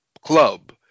club